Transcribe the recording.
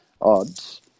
odds